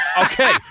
Okay